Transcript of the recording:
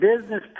business